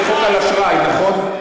זה חוק על אשראי, נכון?